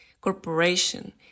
corporation